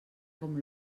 com